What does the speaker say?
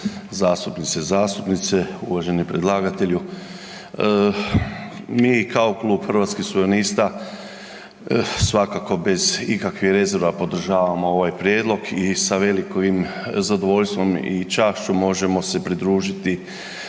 zastupnice i zastupnici, uvaženi predlagatelju. Mi kao Klub Hrvatskih suverenista svakako bez ikakvih rezerva podržavamo ovaj prijedlog i sa velikim zadovoljstvom i čašću možemo se pridružiti